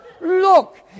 look